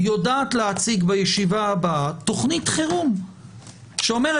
יודעת להציג בישיבה הבאה תוכנית חירום שאומרת,